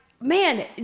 man